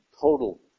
total